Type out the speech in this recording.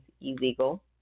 illegal